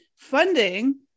funding